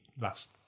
last